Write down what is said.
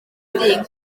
ddyn